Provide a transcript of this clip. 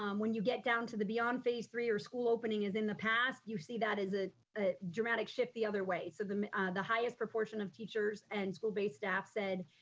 um when you get down to the beyond phase three or school opening is in the past, you see that as ah a dramatic shift the other way. so the the highest proportion of teachers and school-based staff said,